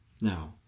Now